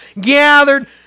gathered